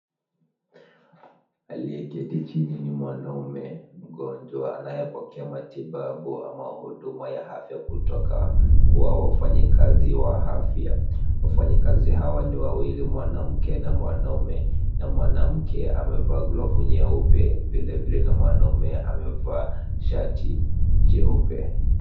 Aliyeketi chini ni mwanaume mgonjwa, anayepokea matibabu ama huduma ya afya kutoka kwa wafanyikazi wa afya. Wafanyikazi hawa ni wawili, mwanamke na mwanaume na mwanamke amevaa glovu nyeupe vilevile na mwanaume amevaa shati jeupe.